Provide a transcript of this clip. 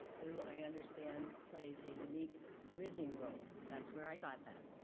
who i understand played a unique bridging role that's where i got that,